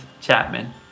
Chapman